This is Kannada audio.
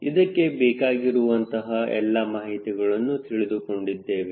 ಇದಕ್ಕೆ ಬೇಕಾಗಿರುವಂತಹ ಎಲ್ಲ ಮಾಹಿತಿಗಳನ್ನು ತಿಳಿದುಕೊಂಡಿದ್ದೇವೆ